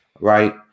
right